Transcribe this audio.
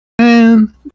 man